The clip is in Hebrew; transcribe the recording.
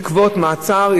בעקבות מעצר,